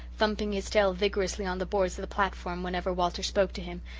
thumping his tail vigorously on the boards of the platform whenever walter spoke to him,